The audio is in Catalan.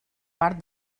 part